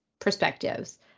perspectives